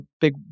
big